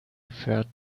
referred